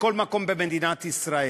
בכל מקום במדינת ישראל,